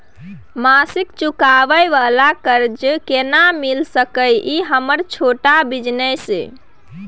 मासिक चुकाबै वाला कर्ज केना मिल सकै इ हमर छोट बिजनेस इ?